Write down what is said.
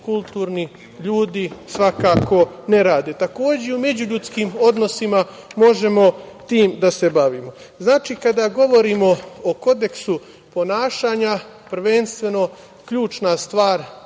kulturni ljudi svakako ne rade. Takođe, i u međuljudskim odnosima možemo tim da se bavimo. Znači, kada govorimo o kodeksu ponašanja, prvenstveno ključna stvar